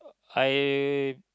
I